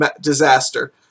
Disaster